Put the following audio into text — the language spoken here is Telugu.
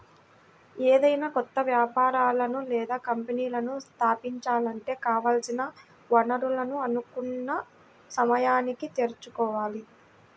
ఏదైనా కొత్త వ్యాపారాలను లేదా కంపెనీలను స్థాపించాలంటే కావాల్సిన వనరులను అనుకున్న సమయానికి తెచ్చుకోవాలి